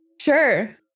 Sure